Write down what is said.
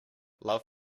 love